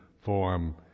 form